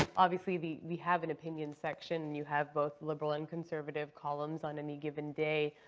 obviously the we have an opinion section. you have both liberal and conservative columns on any given day.